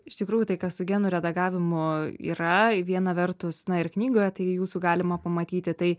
iš tikrųjų tai kas su genų redagavimu yra viena vertus na ir knygoje tai jūsų galima pamatyti tai